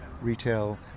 retail